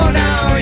now